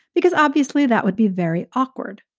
because obviously that would be very awkward.